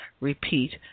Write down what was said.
Repeat